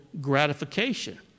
gratification